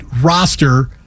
roster